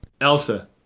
Elsa